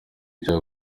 cya